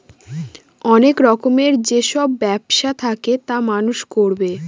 অনেক রকমের যেসব ব্যবসা থাকে তা মানুষ করবে